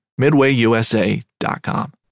MidwayUSA.com